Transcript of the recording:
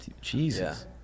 Jesus